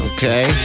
Okay